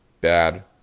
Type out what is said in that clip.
bad